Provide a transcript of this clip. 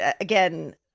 again